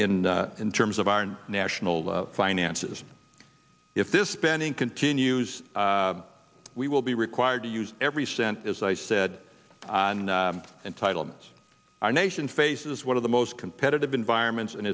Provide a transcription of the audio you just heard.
in in terms of our national finances if this spending continues we will be required to use every cent as i said and entitlements our nation faces one of the most competitive environments